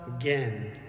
again